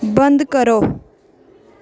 बंद करो